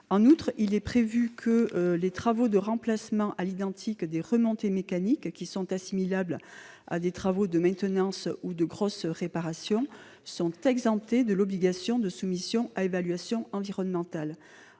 En outre, il est prévu que les travaux de remplacement à l'identique des remontées mécaniques, qui sont assimilables à des travaux de maintenance ou de grosses réparations, sont exemptés de l'obligation de soumission à évaluation environnementale.